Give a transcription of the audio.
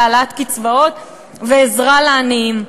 בהעלאת קצבאות ועזרה לעניים,